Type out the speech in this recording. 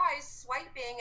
swiping